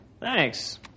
Thanks